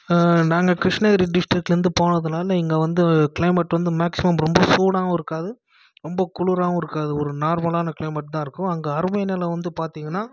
நாங்கள் கிருஷ்ணகிரி டிஸ்ட்ரிக்லேருந்து போனதுனால் இங்கே வந்து கிளைமேட் வந்து மேக்சிமம் ரொம்ப சூடாயிருக்காது ரொம்ப குளுராயிருக்காது நார்மலான கிளைமட்டாயிருக்கும் அங்கே அருமை என்னென்னு வந்து பார்த்தீங்னா